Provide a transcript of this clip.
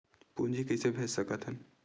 पूंजी कइसे भेज सकत हन?